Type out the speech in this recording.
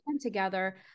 together